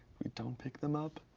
we don't pick them up.